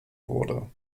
wurde